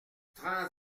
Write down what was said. trente